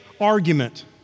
argument